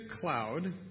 cloud